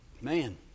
man